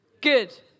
good